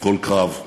כל קרב.